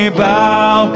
bow